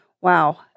wow